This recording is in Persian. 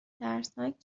ترسناک